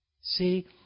See